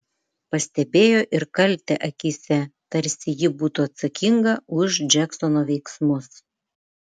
pastebėjo ir kaltę akyse tarsi ji būtų atsakinga už džeksono veiksmus